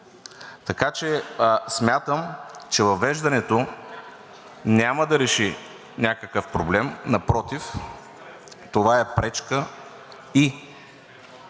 Така че смятам, че въвеждането няма да реши някакъв проблем. Напротив, това е пречка и